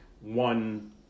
one